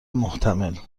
محتمل